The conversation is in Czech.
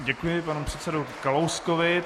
Děkuji panu předsedovi Kalouskovi.